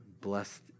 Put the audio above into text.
blessed